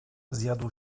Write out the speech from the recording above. zjadł